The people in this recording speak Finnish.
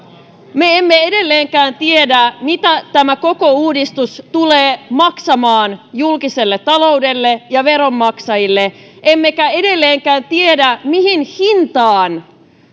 me emme edelleenkään tiedä mitä tämä koko uudistus tulee maksamaan julkiselle taloudelle ja veronmaksajille emmekä edelleenkään tiedä mihin hintaan